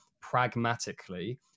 pragmatically